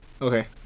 okay